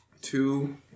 two